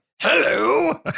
hello